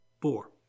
four